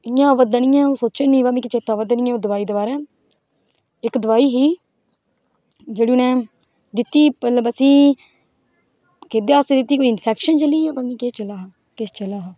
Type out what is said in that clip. इ'यां आवा दा निं ऐ ओह् सोचो इन्नी देर बाद मिगी चेता आवा दी निं ऐ ओह् दोआई दे बारे इक दोआई ही जेह्ड़ी उ'नें दित्ती मतलब असें गी कैह्दे आस्तै दित्ती कोई इंफैक्शन चली ही जां पता निं केह् चला हा